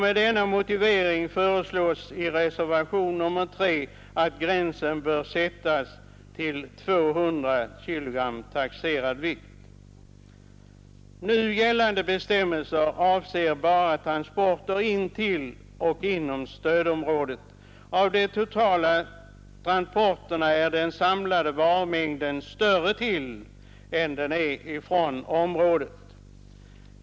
Med denna motivering föreslås i reservationen 3 att gränsen skall sättas till 200 kg taxerad vikt. Nu gällande bestämmelser avser bara transporter in till och inom stödområdet. Av de totala transporterna är den samlade varumängden till området större än varumängden från området.